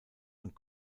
und